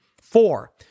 Four